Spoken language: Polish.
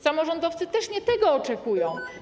Samorządowcy też nie tego oczekują.